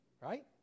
Right